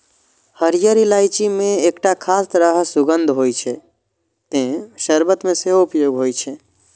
हरियर इलायची मे एकटा खास तरह सुगंध होइ छै, तें शर्बत मे सेहो उपयोग होइ छै